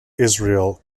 israel